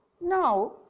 Now